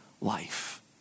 life